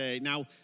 Now